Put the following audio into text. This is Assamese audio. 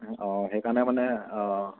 অঁ সেইকাৰণে মানে অঁ